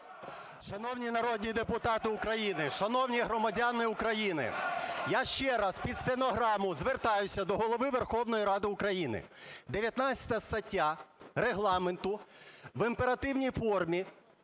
Шановні народні депутати України, шановні громадяни України! Я ще раз під стенограму звертаюся до Голови Верховної Ради України. 19 стаття Регламенту в імперативній формі